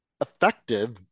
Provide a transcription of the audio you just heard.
effective